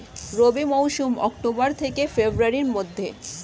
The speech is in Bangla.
রবি মৌসুম অক্টোবর থেকে ফেব্রুয়ারির মধ্যে